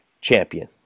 champion